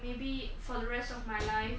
maybe for the rest of my life